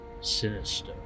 sinister